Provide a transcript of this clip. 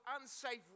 unsafe